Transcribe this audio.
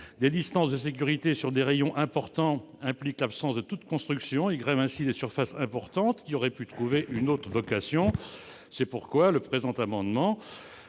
des distances de sécurité sur des rayons importants impliquent l'absence de toute construction et grèvent ainsi des surfaces importantes, qui auraient pu trouver une autre vocation. C'est pourquoi le présent amendement